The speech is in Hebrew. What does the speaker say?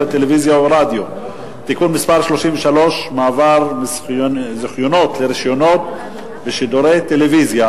לטלוויזיה ורדיו (תיקון מס' 33) (מעבר מזיכיונות לרשיונות בשידורי טלוויזיה),